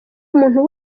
umuntu